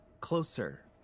closer